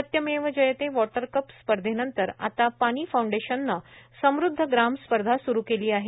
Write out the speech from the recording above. सत्यमेव Jayate water cup स्पर्धेनंतर आता पानी फाउंडेशनने समृद्ध ग्राम स्पर्धा स्रु केली आहे